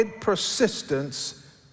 persistence